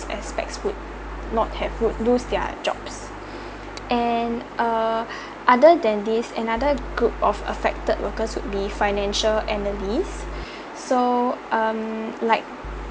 aspects would not have would lose their jobs and err other than this another group of affected workers would be financial analyse so um like